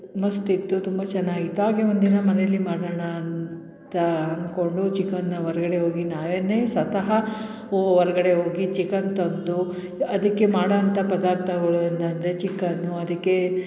ಮಸ್ತ್ ಇತ್ತು ತುಂಬ ಚೆನ್ನಾಗಿತ್ತು ಹಾಗೇ ಒಂದಿನ ಮನೆಯಲ್ಲಿ ಮಾಡೋಣ ಅಂತ ಅಂದ್ಕೊಂಡು ಚಿಕನ್ನ ಹೊರ್ಗಡೆ ಹೋಗಿ ನಾವೇನೆ ಸ್ವತಃ ಹೊರ್ಗಡೆ ಹೋಗಿ ಚಿಕನ್ ತಂದು ಅದಕ್ಕೆ ಮಾಡೋ ಅಂಥ ಪದಾರ್ಥಗಳು ಏನೆಂದರೆ ಚಿಕನ್ನು ಅದಕ್ಕೆ